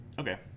Okay